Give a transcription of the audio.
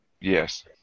Yes